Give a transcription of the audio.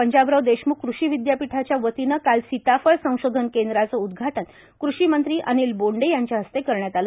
पंजाबराव देशम्ख कृषी विद्यापीठाच्या वतीनं काल सीताफळ संशोधन केंद्राचं उद्घाटन कृषीमंत्री अनिल बोंडे यांच्या हस्ते करण्यात आलं